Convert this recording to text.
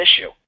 issue